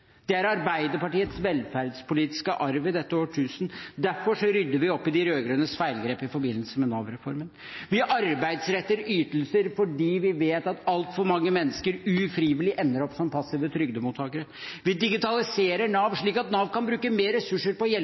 Det er Arbeiderpartiets velferdspolitiske arv i dette årtusen. Derfor rydder vi opp i de rød-grønnes feilgrep i forbindelse med Nav-reformen. Vi arbeidsretter ytelser fordi vi vet at altfor mange mennesker ufrivillig ender som passive trygdemottakere. Vi digitaliserer Nav, slik at Nav kan bruke mer ressurser på